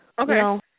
Okay